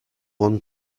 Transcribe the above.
one